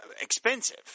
expensive